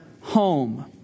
home